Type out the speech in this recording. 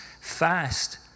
fast